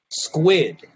Squid